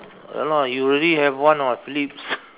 a lot you already have one [what] Philips